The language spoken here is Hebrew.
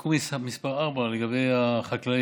תיקון מס' 4, לגבי החקלאים.